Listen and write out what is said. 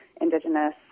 Indigenous